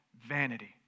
vanity